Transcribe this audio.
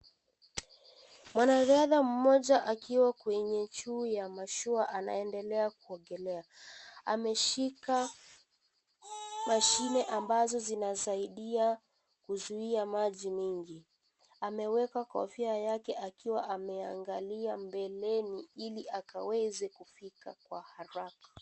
Mwanariadha moja akiwa kwenye juu ya mashua anaendelea kuogelea ameshika mashine ambazo zinasaidia kuzuia maji mingi, ameweka kwa kofia yake akiwa ameangalia mbeleni ili akaweze kufika kwa haraka.